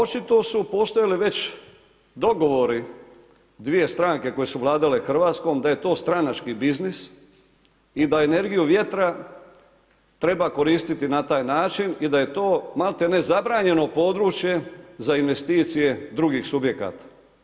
Pa očito su postojale već dogovori dvije stranke koje su vladale Hrvatskom da je to stranački biznis i da energiju vjetra treba koristiti na taj način i da je to maltene zabranjeno područje za investicije drugih subjekata.